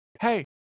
Hey